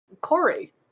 Corey